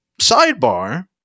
Sidebar